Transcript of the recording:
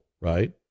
right